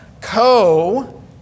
co